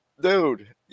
dude